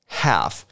half